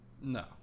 No